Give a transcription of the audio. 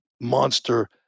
monster